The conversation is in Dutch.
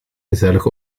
gezellig